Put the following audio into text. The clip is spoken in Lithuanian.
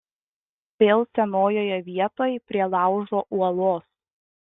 vėl senojoje vietoj prie laužo uolos